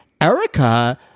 Erica